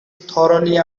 thoroughly